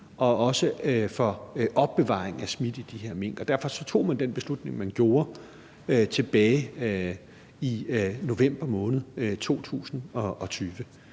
og også for opbevaring af smitte i de her mink, og derfor tog man den beslutning, man gjorde, tilbage i november måned 2020.